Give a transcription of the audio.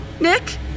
Nick